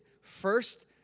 first